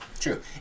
True